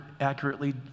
accurately